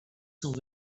sans